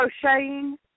Crocheting